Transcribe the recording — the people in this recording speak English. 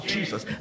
Jesus